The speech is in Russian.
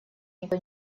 никто